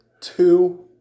two